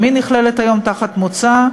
גם היא נכללת היום תחת מוצא,